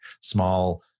small